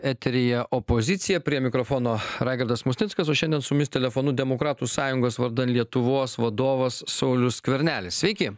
eteryje opozicija prie mikrofono raigardas musnickas o šiandien su mumis telefonu demokratų sąjungos vardan lietuvos vadovas saulius skvernelis sveiki